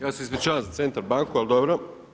Ja se ispričavam za Centar banku ali dobro.